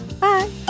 Bye